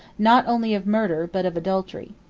not only of murder, but of adultery.